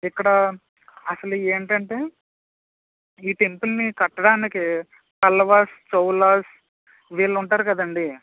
ఇక్కడ అసలు ఏంటంటే ఈ టెంపుల్ని కట్టడానికి పల్లవాస్ చోళ్ళాస్ వీళ్ళు ఉంటారు కదండి